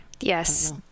yes